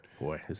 Boy